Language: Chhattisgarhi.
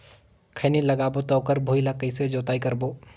खैनी लगाबो ता ओकर भुईं ला कइसे जोताई करबो?